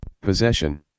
Possession